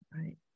right